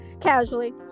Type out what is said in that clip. Casually